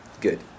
good